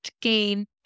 gain